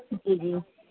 جی جی